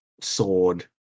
sword